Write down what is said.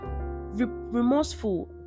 remorseful